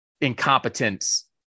incompetence